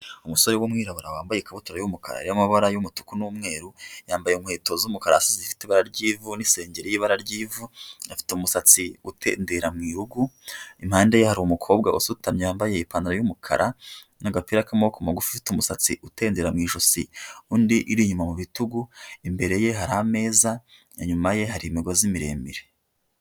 Umusore w'umwirabura wambaye ikabutura y'umukara Y'amabara'umutuku n'umweru yambaye inkweto z'umukara zifitei ibara ry'ivu n'isengeir y'ibara ry'ivu afite umusatsi utendera mu irugu Impande ye hari umukobwa usutamye yambaye ipantaro y'umukara n'agapira k'amaboko mugu ufite umusatsi utendera mu ijosi undi iri inyuma mu bitugu , imbere ye hari ameza n'inyuma ye hari imigozi miremire.